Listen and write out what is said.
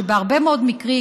בהרבה מאוד מקרים,